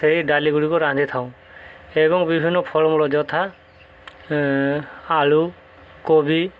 ସେଇ ଡାଲିଗୁଡ଼ିକୁ ରାନ୍ଧିଥାଉ ଏବଂ ବିଭିନ୍ନ ଫଳମୂଳ ଯଥା ଆଳୁ କୋବି